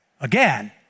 Again